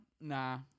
nah